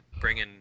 bringing